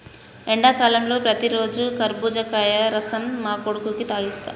ఎండాకాలంలో ప్రతిరోజు కర్బుజకాయల రసం మా కొడుకుకి తాగిస్తాం